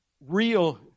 real